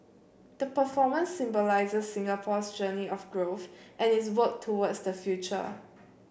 the performance symbolises Singapore's journey of growth and its work towards the future